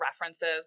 references